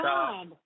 God